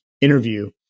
interview